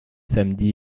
samedi